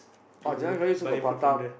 ah Jalan Kayu also got prata